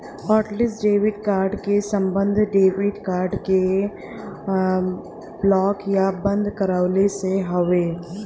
hotlist debit card क सम्बन्ध debit card क ब्लॉक या बंद करवइले से हउवे